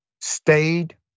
stayed